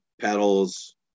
pedals